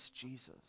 Jesus